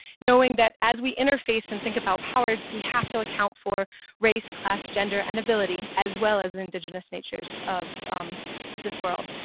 knowing that as we interface and think about power, we have to account for race, class, gender and ability as well as indigenous natures of this world.